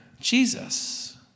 Jesus